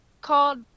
called